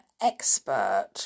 expert